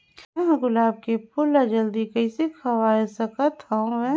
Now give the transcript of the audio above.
मैं ह गुलाब के फूल ला जल्दी कइसे खवाय सकथ हवे?